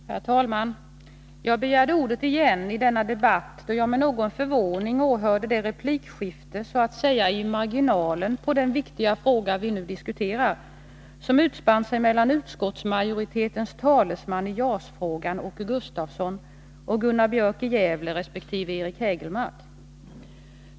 Herr talman! Jag begärde ordet igen i denna debatt, då jag med någon förvåning åhörde det replikskifte — så att säga i marginalen på den viktiga fråga vi nu diskuterar — som utspann sig mellan utskottsmajoritetens talesman i JAS-frågan Åke Gustavsson och Gunnar Björk i Gävle resp. Eric Hägelmark.